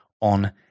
on